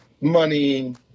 money